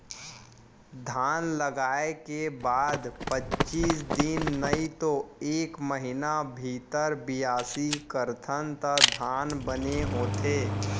धान लगाय के बाद पचीस दिन नइतो एक महिना भीतर बियासी करथन त धान बने होथे